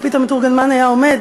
וחוצפית המתורגמן היה עומד,